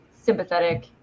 sympathetic